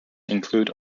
include